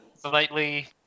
Slightly